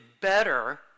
better